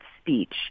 speech